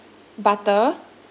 butter